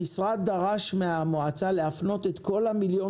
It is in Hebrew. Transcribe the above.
המשרד דרש מהמועצה להפנות את כל המיליון